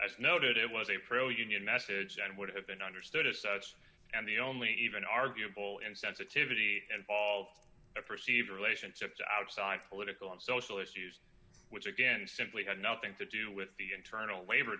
as noted it was a pro union message and would have been understood as such and the only even arguable insensitivity involved a perceived relationship to outside political and social issues which again simply had nothing to do with the internal labor